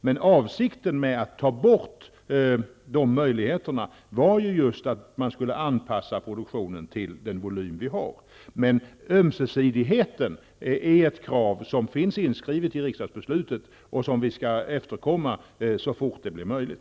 Men avsikten med att ta bort dessa möjligheter var just att produktionen skulle anpassas till den volym vi har. Ömsesidigheten är emellertid ett krav som finns inskrivet i riksdagsbeslutet och som vi skall efterkomma så fort det blir möjligt.